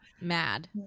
mad